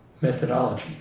methodology